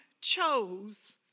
chose